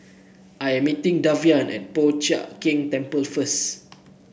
I am meeting Davian at Po Chiak Keng Temple first